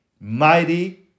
mighty